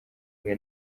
umwe